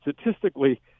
statistically